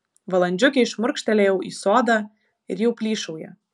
valandžiukei šmurkštelėjau į sodą ir jau plyšauja